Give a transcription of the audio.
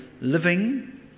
living